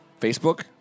Facebook